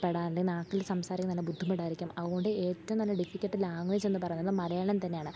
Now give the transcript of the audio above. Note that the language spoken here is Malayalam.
പെടാണ്ട് നാക്കിൽ സംസാരിക്കുന്നഠ നല്ല ബുദ്ധിമുട്ടായിരിക്കും അതുകൊണ്ട് ഏറ്റവും നല്ല ഡിഫിക്കൾട്ട് ലാംഗ്വേജ് എന്ന് പറയുന്നത് മലയാളം തന്നെയാണ്